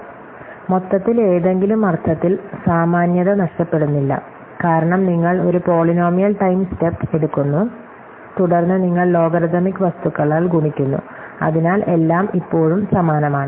അതിനാൽ മൊത്തത്തിൽ ഏതെങ്കിലും അർത്ഥത്തിൽ സാമാന്യത നഷ്ടപ്പെടുന്നില്ല കാരണം നിങ്ങൾ ഒരു പോളിനോമിയൽ ടൈം സ്റ്റെപ്പ് എടുക്കുന്നു തുടർന്ന് നിങ്ങൾ ലോഗരിഥമിക് വസ്തുക്കളാൽ ഗുണിക്കുന്നു അതിനാൽ എല്ലാം ഇപ്പോഴും സമാനമാണ്